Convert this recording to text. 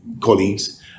colleagues